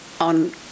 on